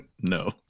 No